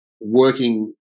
working